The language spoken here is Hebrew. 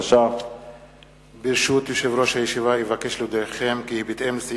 אני קובע שהצעת חוק שוויון זכויות לאנשים עם מוגבלות (תיקון מס'